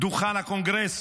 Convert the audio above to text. דוכן הקונגרס